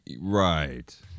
Right